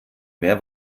mehr